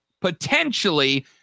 potentially